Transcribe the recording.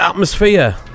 atmosphere